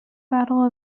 battle